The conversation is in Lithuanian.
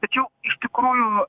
tačiau iš tikrųjų